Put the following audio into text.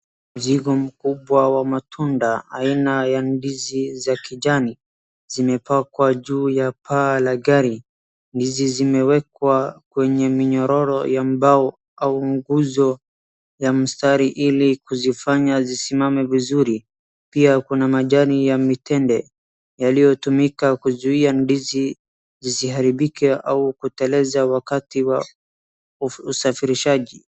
Mzigo mkubwa wa matunda aina ya ndizi za kijani zimepakiwa juu ya paa la gari. Ndizi hizo zimewekwa kwenye minyororo ya mbao au nguzo ya mstari ili kuzifanya zisimame vizuri. Pia kuna majani ya mitende yaliyotumika kuzuia ndizi zisiharibike au kuteleza wakati wa usafirishaji.